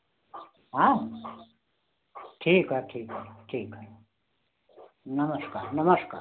हाँ ठीक है ठीक है ठीक है नमस्कार नमस्कार